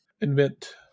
invent